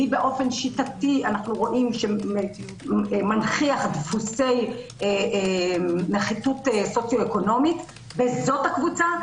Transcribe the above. מי באופן שיטתי מנכיח דפוסי נחיתות סוציו-אקונומית זאת הקבוצה,